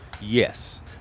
Yes